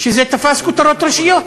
שזה תפס כותרות ראשיות,